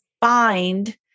find